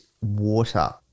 Water